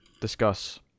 discuss